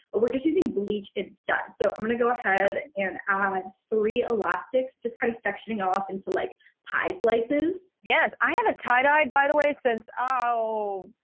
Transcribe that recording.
but we're just using bleach instead. so i'm gonna go ahead and add three elastics, just kind of sectioning off into like pie slices. yes, i haven't tie-dyed, by the way, since oh,